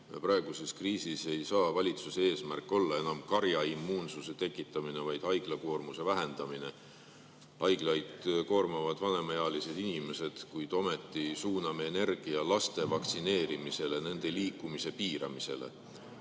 Praeguses kriisis ei saa valitsuse eesmärk olla enam karjaimmuunsuse tekitamine, vaid haiglakoormuse vähendamine. Haiglaid koormavad vanemaealised inimesed, kuid ometi me suuname energia laste vaktsineerimisele, nende liikumise piiramisele.